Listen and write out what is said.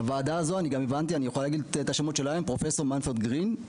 החברים הם פרופסור מנפרד גרין,